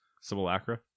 Simulacra